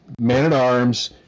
man-at-arms